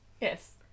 Yes